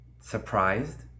Surprised